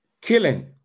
Killing